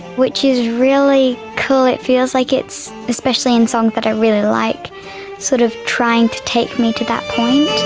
which is really cool. it feels like it's especially in songs that i really like sort of trying to take me to that point.